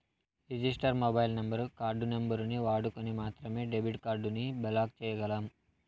register mobile number, card నంబరుని వాడుకొని మాత్రమే డెబిట్ కార్డుని బ్లాక్ చేయ్యగలం